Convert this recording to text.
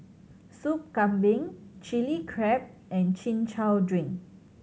Soup Kambing Chili Crab and Chin Chow drink